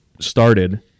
started